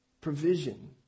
Provision